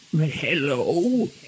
Hello